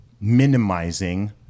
minimizing